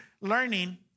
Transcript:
learning